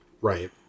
Right